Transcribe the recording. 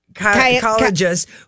psychologist